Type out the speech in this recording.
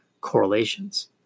correlations